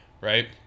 Right